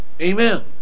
Amen